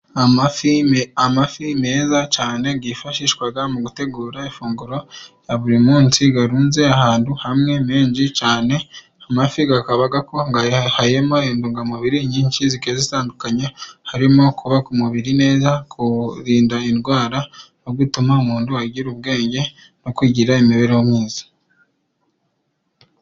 Amafi me amafi meza cane gifashishwaga mu gutegura ifunguro rya buri munsi garunze ahantu hamwe menshi cane, amafi kakaba gakungahayemo intungamubiri nyinshi zigiye zitandukanye, harimo kubaka umubiri neza, kurinda indwara no gutuma umuntu agira ubwenge no kwigirira imibereho myiza.